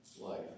life